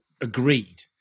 agreed